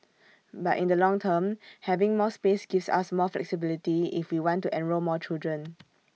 but in the long term having more space gives us more flexibility if we want to enrol more children